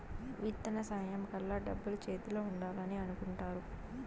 విత్తన సమయం కల్లా డబ్బులు చేతిలో ఉండాలని అనుకుంటారు